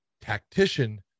tactician